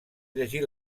llegir